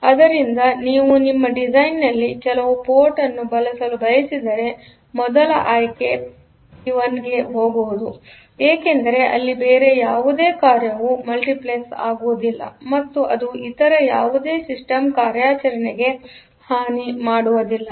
ಆದ್ದರಿಂದನೀವು ನಿಮ್ಮ ಡಿಸೈನ್ಲ್ಲಿ ಕೆಲವು ಪೋರ್ಟ್ ಅನ್ನು ಬಳಸಲು ಬಯಸಿದರೆ ಮೊದಲ ಆಯ್ಕೆ ಪೋರ್ಟ್ ಪಿ1 ಗೆ ಹೋಗುವುದು ಏಕೆಂದರೆ ಇಲ್ಲಿ ಬೇರೆ ಯಾವುದೇ ಕಾರ್ಯವು ಮಲ್ಟಿಪ್ಲೆಕ್ಸ್ ಆಗುವುದಿಲ್ಲ ಮತ್ತೆ ಇದು ಇತರ ಯಾವುದೇ ಸಿಸ್ಟಮ್ ಕಾರ್ಯಾಚರಣೆಗೆ ಹಾನಿ ಮಾಡುವದಿಲ್ಲ